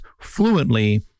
fluently